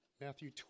Matthew